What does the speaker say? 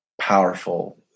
powerful